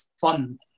fun